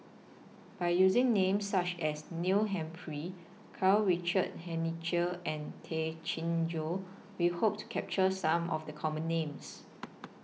By using Names such as Neil Humphreys Karl Richard Hanitsch and Tay Chin Joo We Hope to capture Some of The Common Names